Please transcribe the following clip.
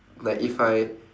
like if I